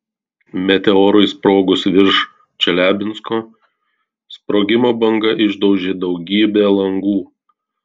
meteorui sprogus virš čeliabinsko sprogimo banga išdaužė daugybę langų